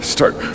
Start